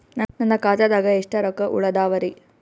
ನನ್ನ ಖಾತಾದಾಗ ಎಷ್ಟ ರೊಕ್ಕ ಉಳದಾವರಿ?